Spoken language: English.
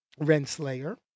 Renslayer